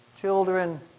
children